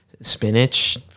spinach